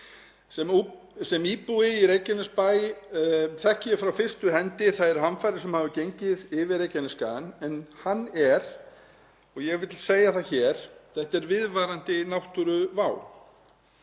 Sem íbúi í Reykjanesbæ þekki ég frá fyrstu hendi þær hamfarir sem hafa gengið yfir Reykjanesskagann en þetta er, og ég vil segja það hér, viðvarandi náttúruvá.